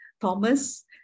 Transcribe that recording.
Thomas